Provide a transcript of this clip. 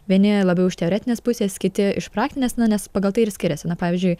vieni labiau iš teoretinės pusės kiti iš praktinės na nes pagal tai ir skiriasi na pavyzdžiui